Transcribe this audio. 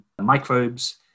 microbes